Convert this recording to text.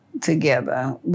together